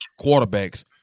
quarterbacks